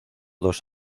dos